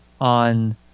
on